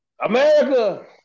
America